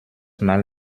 mal